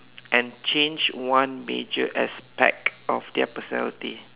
and change one major aspect of their personality